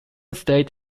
stayed